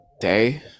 day